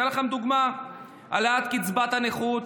אני אתן לכם דוגמה: העלאת קצבת הנכות,